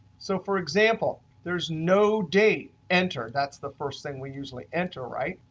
so for example, there's no date entered. that's the first thing we usually enter, right?